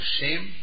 shame